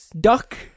Duck